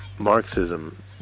Marxism